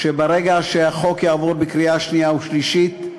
שברגע שהחוק יעבור בקריאה שנייה ושלישית,